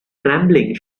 trembling